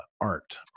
Art